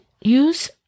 use